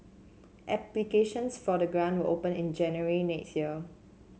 applications for the grant will open in January next year